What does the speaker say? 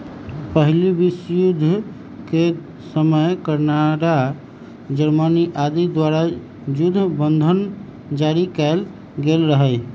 पहिल विश्वजुद्ध के समय कनाडा, जर्मनी आदि द्वारा जुद्ध बन्धन जारि कएल गेल रहै